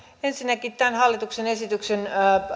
ensinnäkin tämän hallituksen esityksen